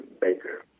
Baker